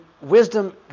wisdom